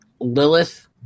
Lilith